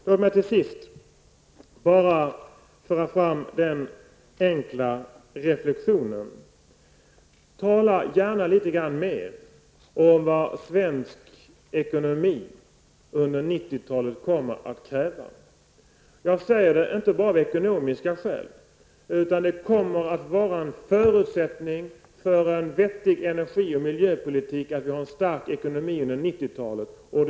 Låt mig till sist bara föra fram den enkla reflektionen: Tala gärna litet mer om vad svensk ekonomi under 1990-talet kommer att kräva. Jag säger det inte bara av ekonomiska skäl. En förutsättning för en vettig energi och miljöpolitik kommer att vara att vi har en stark ekonomi under 1990-talet.